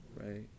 right